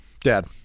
dad